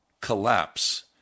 collapse